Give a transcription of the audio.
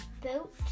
boat